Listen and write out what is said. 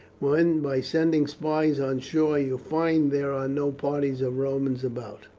when by sending spies on shore you find there are no parties of romans about.